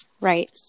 right